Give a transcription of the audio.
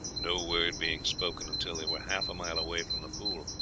no word being spoken until they were half a mile away from the pool.